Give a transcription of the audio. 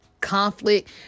conflict